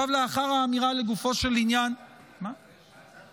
--- אני אומר